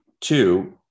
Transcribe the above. two